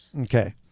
Okay